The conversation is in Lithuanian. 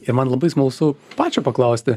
ir man labai smalsu pačio paklausti